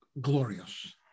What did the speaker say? glorious